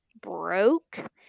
broke